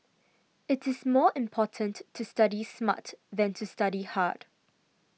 it is more important to study smart than to study hard